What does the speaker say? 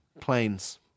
planes